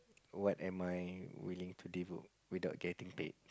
what am I willing to devote without getting paid